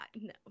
no